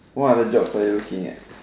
why are the door so you are looking at